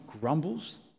grumbles